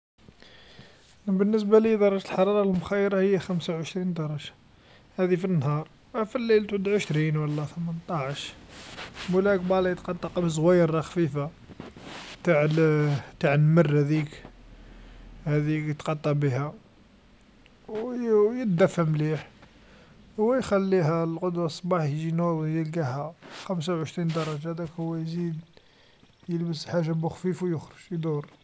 بالنسبه ليا درجة الحراره المخيرا هي خمسا و عشرين درجه هاذي في النهار، أما أي الليل تعود عشرين و لا ثمنتاعش، مولاق بالي تقط قط زويرا خفيفه، تع ل تع نمر هاذيك، هاذيك تغطا بيها و يدفى مليح و يخليها الغدوا الصباح يجي ينوض يلقاها، خمسا و عشرين درجا ذاك هو يزيد يلبس حاجه بو خفيف و يخرج يدور.